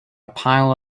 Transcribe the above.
pile